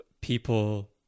people